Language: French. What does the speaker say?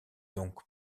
donc